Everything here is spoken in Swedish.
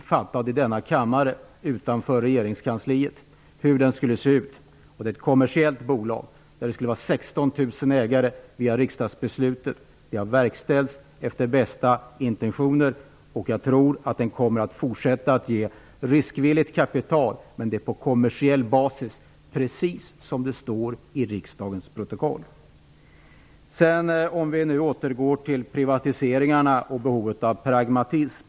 Det fattades beslut om hur den skulle se ut i denna kammare, utanför regeringskansliet. Det är ett kommersiellt bolag där det skulle vara 16 000 ägare enligt riksdagsbeslutet. Detta har verkställts efter bästa intentioner. Jag tror att det kommer att fortsätta att ge riskvilligt kapital, men det sker på kommersiell basis, precis som det står i riksdagens protokoll. Låt oss sedan återgå till privatiseringarna och behovet av pragmatism.